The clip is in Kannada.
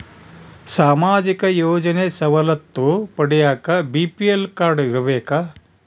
ಸಾಮಾಜಿಕ ಯೋಜನೆ ಸವಲತ್ತು ಪಡಿಯಾಕ ಬಿ.ಪಿ.ಎಲ್ ಕಾಡ್೯ ಇರಬೇಕಾ?